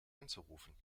anzurufen